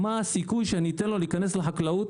מה הסיכוי שאני אתן לו להיכנס לחקלאות,